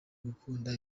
gukunda